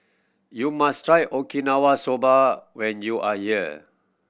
you must try Okinawa Soba when you are here